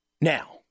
Now